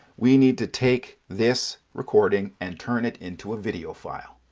we need to take this recording and turn it into a video file.